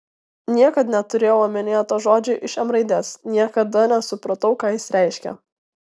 niekad neturėjau omenyje to žodžio iš m raidės niekada nesupratau ką jis reiškia